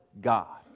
God